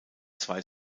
zwei